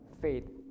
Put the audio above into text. faith